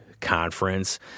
conference